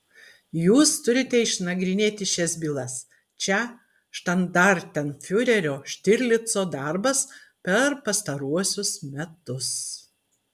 jūs turite išnagrinėti šias bylas čia štandartenfiurerio štirlico darbas per pastaruosius metus